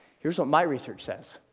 here's what my research says